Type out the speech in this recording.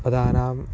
पदानाम्